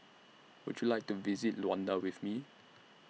Would YOU like to visit Luanda with Me